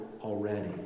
already